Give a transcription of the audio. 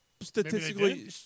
statistically